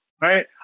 right